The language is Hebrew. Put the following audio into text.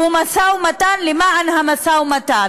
הוא משא ומתן למען המשא ומתן.